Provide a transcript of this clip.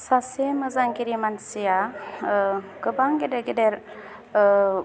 सासे मोसागिरि मानसिया गोबां गेदेर गेदेर